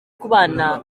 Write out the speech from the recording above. kubana